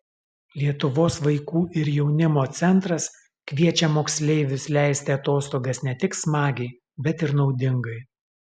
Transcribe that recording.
lietuvos vaikų ir jaunimo centras kviečia moksleivius leisti atostogas ne tik smagiai bet ir naudingai